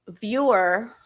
viewer